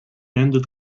ended